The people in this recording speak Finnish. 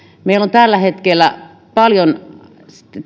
meillä on tällä hetkellä paljon